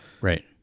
Right